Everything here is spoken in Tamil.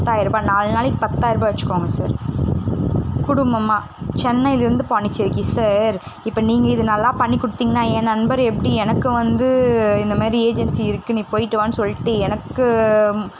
பத்தாயிருபாய் நாலு நாளைக்கு பத்தாயிருபாய் வச்சிக்கோங்க சார் குடும்பமாக சென்னையிலிருந்து பாண்டிச்சேரிக்கு சார் இப்போ நீங்கள் இது நல்லா பண்ணி கொடுத்தீங்கன்னா என் நண்பர் எப்படி எனக்கு வந்து இந்தமாரி ஏஜென்சி இருக்குதுன்னு நீ போய்ட்டு வான்னு சொல்லிட்டு எனக்கு